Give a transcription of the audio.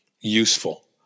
useful